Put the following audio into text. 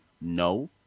No